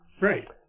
Right